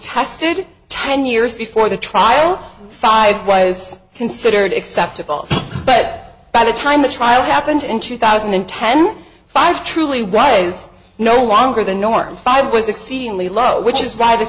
tested ten years before the trial five was considered acceptable but by the time the trial happened in two thousand and ten five truly was no longer the norm five was exceedingly low which is why the